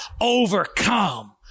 overcome